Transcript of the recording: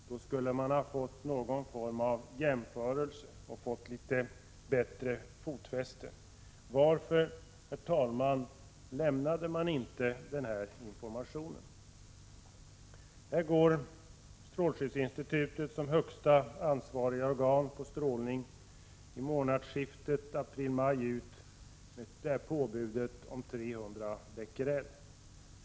Då skulle vi ha fått någon form av jämförelse och fått litet bättre fotfäste. Varför, herr talman, lämnade man inte den här informationen? Här går strålskyddsinstitutet som högsta ansvariga organ på strålning i månadsskiftet april-maj ut med detta påbud om 300 Bq.